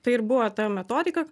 tai ir buvo ta metodika